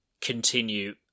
continue